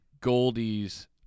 Goldie's